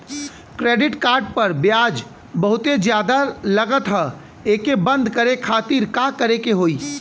Credit card पर ब्याज बहुते ज्यादा लगत ह एके बंद करे खातिर का करे के होई?